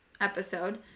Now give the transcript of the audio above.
episode